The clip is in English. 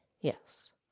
Yes